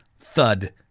Thud